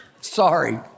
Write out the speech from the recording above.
Sorry